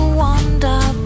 wonder